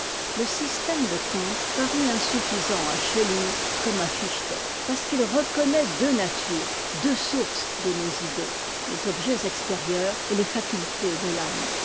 le système de kant parut insuffisant à schelling comme à fichte parce qu'il reconnaît deux natures deux sources de nos idées les objets extérieurs et les facultés de l'âme